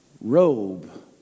robe